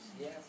Yes